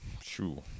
True